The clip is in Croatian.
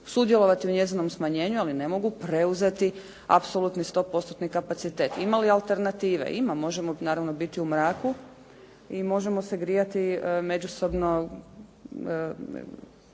sudjelovati u njezinom smanjenju ali ne mogu preuzeti apsolutno 100%-tni kapacitet. Ima li alternative? Naravno, možemo biti u mraku i možemo se grijati međusobno